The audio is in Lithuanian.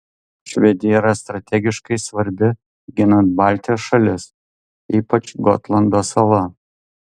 švedija yra strategiškai svarbi ginant baltijos šalis ypač gotlando sala